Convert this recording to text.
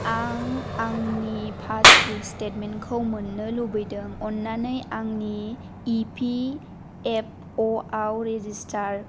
आं आंनि पासबुक स्टेटमेन्टखौ मोन्नो लुबैदों अन्नानै आंनि इपिएफअ आव रेजिस्टार